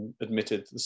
admitted